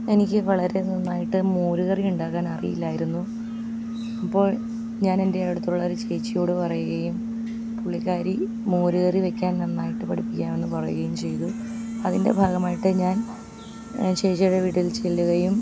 എനിക്ക് വളരെ നന്നായിട്ട് മോരു കറി ഉണ്ടാക്കാൻ അറിയില്ലായിരുന്നു അപ്പോൾ ഞാൻ എൻ്റെ അടുത്തുള്ള ഒരു ചേച്ചിയോട് പറയുകയും പുള്ളിക്കാരി മോരുകറി വെക്കാൻ നന്നായിട്ട് പഠിപ്പിക്കാമെന്ന് പറയുകയും ചെയ്തു അപ്പം അതിൻ്റെ ഭാഗമായിട്ട് ഞാൻ ചേച്ചിയുടെ വീട്ടിൽ ചെല്ലുകയും